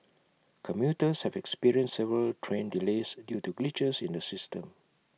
commuters have experienced several train delays due to glitches in the system